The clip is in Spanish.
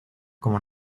como